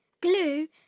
glue